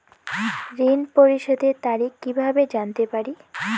ঋণ পরিশোধের তারিখ কিভাবে জানতে পারি?